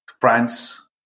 France